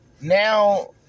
Now